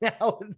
now